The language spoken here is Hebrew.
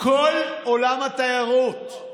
כל עולם התיירות,